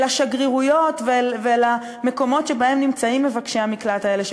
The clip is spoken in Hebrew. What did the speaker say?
אל השגרירויות ואל המקומות שבהם מבקשי המקלט האלה נמצאים,